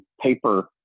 paper